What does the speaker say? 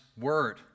word